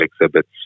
exhibits